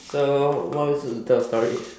so what are we supposed to tell a story